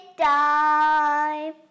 time